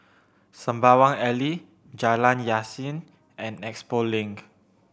Sembawang Alley Jalan Yasin and Expo Link